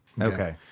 Okay